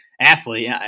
athlete